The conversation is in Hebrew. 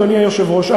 אדוני היושב-ראש,